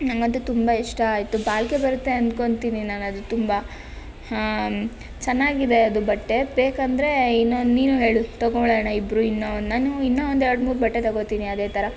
ನನಗಂತೂ ತುಂಬ ಇಷ್ಟ ಆಯಿತು ಬಾಳಕೆ ಬರುತ್ತೆ ಅಂದ್ಕೋತೀನಿ ನಾನು ಅದು ತುಂಬ ಚೆನ್ನಾಗಿದೆ ಅದು ಬಟ್ಟೆ ಬೇಕೆಂದರೆ ಇನ್ನೊಂದು ನೀನು ಹೇಳು ತೊಗೊಳೋಣ ಇಬ್ಬರು ಇನ್ನು ನಾನು ಇನ್ನೂ ಒಂದು ಎರಡು ಮೂರು ಬಟ್ಟೆ ತೊಗೋತೀನಿ ಅದೇ ಥರ